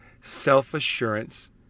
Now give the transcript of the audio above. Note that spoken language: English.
self-assurance